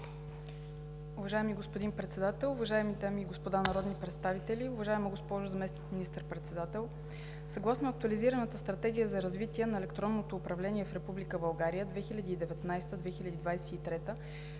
Уважаеми господин Председател, уважаеми дами и господа народни представители, уважаема госпожо Заместник министър-председател! Съгласно Актуализираната стратегия за развитие на електронното управление в Република България 2019 – 2023 г.